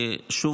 שוב,